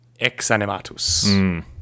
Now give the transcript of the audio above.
exanimatus